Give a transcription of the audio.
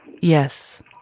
Yes